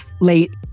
late